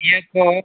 ᱤᱭᱟᱹ ᱠᱚ